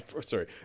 Sorry